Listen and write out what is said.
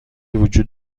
وجود